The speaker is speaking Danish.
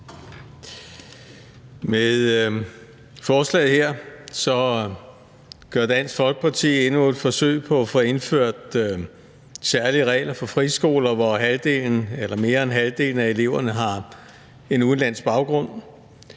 her forslag gør Dansk Folkeparti endnu et forsøg på at få indført særlige regler for friskoler, hvor mere end halvdelen af eleverne har en udenlandsk baggrund.